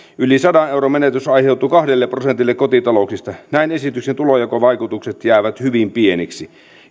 yli sadan euron menetys aiheutuu kahdelle prosentille kotitalouksista näin esityksen tulonjakovaikutukset jäävät hyvin pieniksi